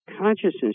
Consciousness